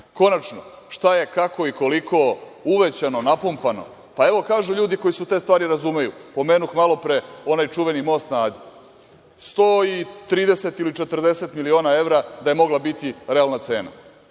način. Konačno, šta je, kako i koliko uvećano, napumpano? Pa evo, kažu ljudi koji se u te stvari razumeju, pomenuh malopre onaj čuveni Most na Adi, 130 ili 140 miliona evra da je mogla biti realna cena.